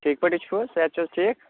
ٹھیٖک پٲٹھۍ چھُو حظ صحت چھُو حظ ٹھیٖک